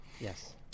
yes